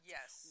Yes